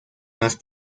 más